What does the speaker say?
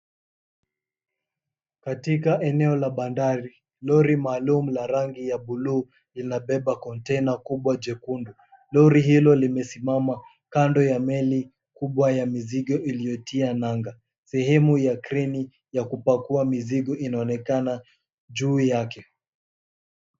Katika eneo la bandari, lori maalum la rangi ya buluu linabeba konteina kubwa jekundu. Lori hilo limesimama kando ya meli kubwa ya mizigo, iliyotia nanga, sehemu ya kreni ya kupakua mizigo inanikana juu yake.